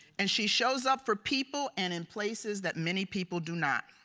and she shows up for people and in places that many people do not.